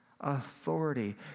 authority